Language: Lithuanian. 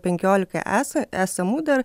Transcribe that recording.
penkiolika esą esamų dar